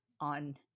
on